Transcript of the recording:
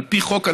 על פי חוק,